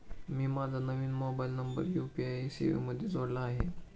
मी माझा नवीन mobile number UPI सेवेमध्ये जोडला आहे